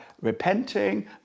repenting